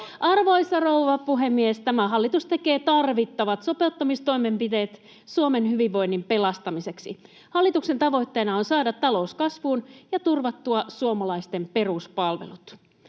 Arvoisa rouva puhemies! Tämä hallitus tekee tarvittavat sopeuttamistoimenpiteet Suomen hyvinvoinnin pelastamiseksi. Hallituksen tavoitteena on saada talous kasvuun ja suomalaisten peruspalvelut